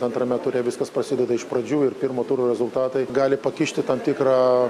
antrame ture viskas prasideda iš pradžių ir pirmo turo rezultatai gali pakišti tam tikrą